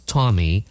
Tommy